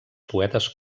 poetes